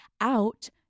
out